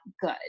good